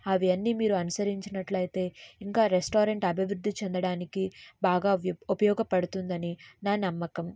అవి అన్నీ మీరు అనుసరించినట్లయితే ఇంకా రెస్టారెంట్ అభివృద్ధి చెందడానికి బాగా ఉ ఉపయోగపడుతుందని నా నమ్మకం